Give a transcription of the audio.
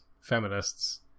feminists